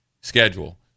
schedule